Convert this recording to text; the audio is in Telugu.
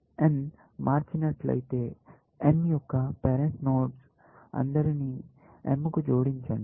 n మార్చినట్లయితే n యొక్క పేరెంట్ నోడ్స్ అందరినీ M కు జోడించండి